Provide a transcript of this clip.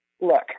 look